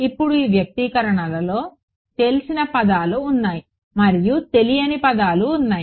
ఇప్పుడు ఈ వ్యక్తీకరణలలో తెలిసిన పదాలు ఉన్నాయి మరియు తెలియని పదాలు ఉన్నాయి